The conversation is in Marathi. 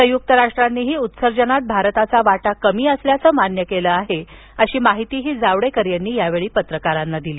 संयुक्त राष्ट्रांनीही उत्सर्जनात भारताचा वाटा कमी असल्याचं मान्य केलं आहे अशी माहिती जावडेकर यांनी पत्रकारांना दिली